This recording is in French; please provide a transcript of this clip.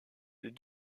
des